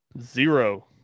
Zero